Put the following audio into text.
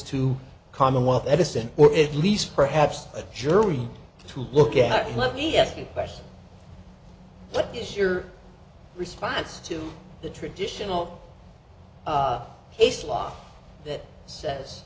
to commonwealth edison or at least perhaps a jury to look at that let me ask you question what is your response to the traditional case law that says